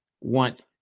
want